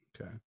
Okay